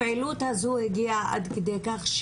הפעילות הזו הגיעה עד כדי כך,